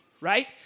Right